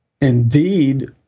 indeed